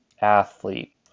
athlete